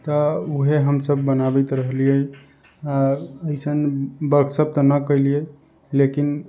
तऽ ओहे हम सब बनाबैत रहलियै आ अइसन वर्कशॉप त नहि केलियै लेकिन